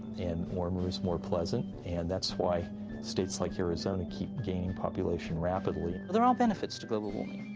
and warmer is more pleasant, and that's why states like arizona keep gaining population rapidly. well, there are benefits to global